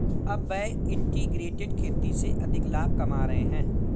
अब वह इंटीग्रेटेड खेती से अधिक लाभ कमा रहे हैं